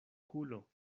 kulo